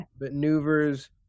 maneuvers